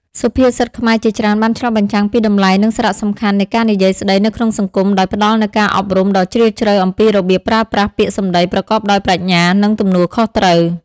សុភាសិតខ្មែរជាច្រើនបានឆ្លុះបញ្ចាំងពីតម្លៃ និងសារៈសំខាន់នៃការនិយាយស្តីនៅក្នុងសង្គម ដោយផ្តល់នូវការអប់រំដ៏ជ្រាលជ្រៅអំពីរបៀបប្រើប្រាស់ពាក្យសម្ដីប្រកបដោយប្រាជ្ញា និងទំនួលខុសត្រូវ។